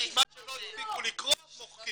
מה שלא הספיקו לקרוא מוחקים.